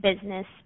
business